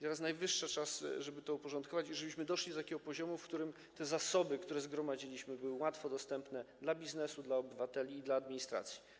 Teraz najwyższy czas, żeby to uporządkować i żebyśmy doszli do takiego poziomu, w którym te zasoby, które zgromadziliśmy, były łato dostępne dla biznesu, dla obywateli i dla administracji.